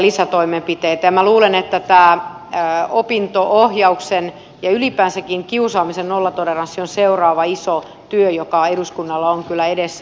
minä luulen että tämä opinto ohjaus ja ylipäänsäkin kiusaamisen nollatoleranssi on seuraava iso työ joka eduskunnalla on kyllä edessä